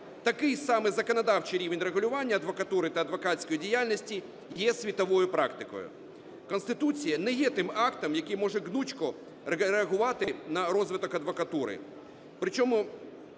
Такий самий законодавчий рівень регулювання адвокатури та адвокатської діяльності є світовою практикою. Конституція не є тим актом, який може гнучко реагувати на розвиток адвокатури.